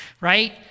right